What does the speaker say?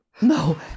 No